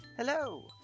Hello